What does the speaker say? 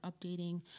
updating